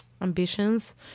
ambitions